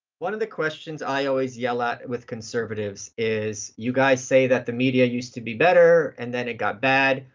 one of the questions i always yell at with conservatives is you guys say that the media used to be better and then it got bad.